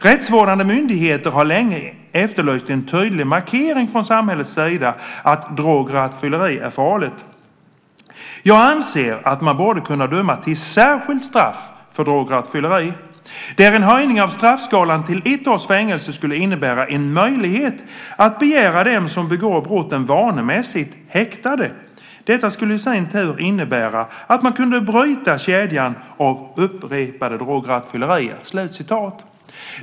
Rättsvårdande myndigheter har länge efterlyst en tydlig markering från samhällets sida att drograttfylleri är farligt. Jag anser att man borde kunna döma till särskilt straff för drograttfylleri, där en höjning av straffskalan till ett års fängelse skulle innebära en möjlighet att begära dem som begår brotten vanemässigt häktade. Detta skulle i sin tur innebära att man kunde bryta kedjan av upprepade drograttfyllerier."